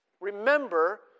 remember